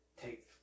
take